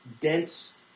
dense